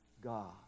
god